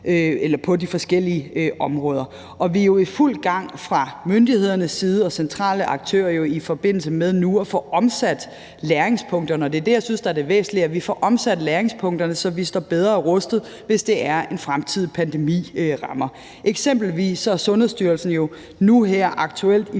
på de forskellige områder på. Og vi er jo i fuld gang fra myndighedernes side og centrale aktørers side med nu at få omsat læringspunkterne. Det er det, jeg synes er det væsentlige, altså at vi får omsat læringspunkterne, så vi står bedre rustet, hvis en fremtidig pandemi rammer. Eksempelvis er Sundhedsstyrelsen jo aktuelt i